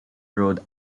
road